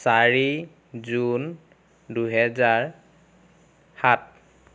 চাৰি জুন দুহেজাৰ সাত